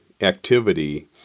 activity